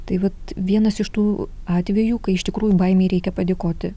tai vat vienas iš tų atvejų kai iš tikrųjų baimei reikia padėkoti